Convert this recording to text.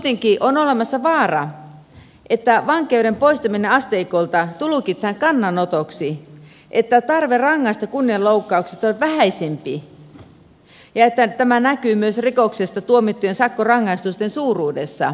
kuitenkin on olemassa vaara että vankeuden poistaminen asteikolta tulkitaan kannanotoksi että tarve rangaista kunnianloukkauksesta on vähäisempi ja että tämä näkyy myös rikoksesta tuomittujen sakkorangaistusten suuruudessa